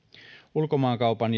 ulkomaankaupan